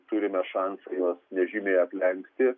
turime šansų juos nežymiai aplenkti